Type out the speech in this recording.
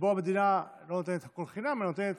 שבו המדינה לא נותנת הכול חינם אלא נותנת